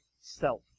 self